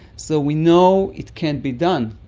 so we know it can be done,